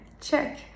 Check